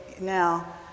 now